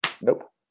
Nope